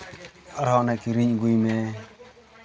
ᱟᱨᱦᱚᱸ ᱚᱱᱮ ᱠᱤᱨᱤᱧ ᱟᱹᱜᱩᱭ ᱢᱮ